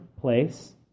place